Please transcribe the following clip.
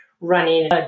running